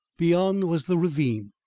beyond was the ravine,